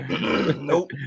nope